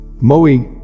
Moe